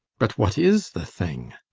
but what is the thing?